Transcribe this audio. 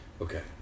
Okay